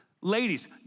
Ladies